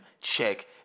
Check